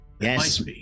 Yes